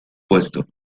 puesto